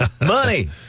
Money